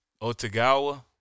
Otagawa